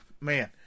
man